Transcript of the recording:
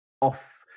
off